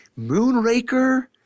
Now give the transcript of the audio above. Moonraker